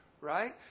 Right